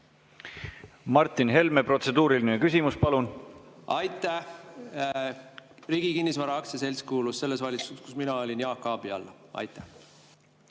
Martin Helme, protseduuriline küsimus, palun! Aitäh! Riigi Kinnisvara Aktsiaselts kuulus selles valitsuses, kus mina olin, Jaak Aabi alla. Aitäh!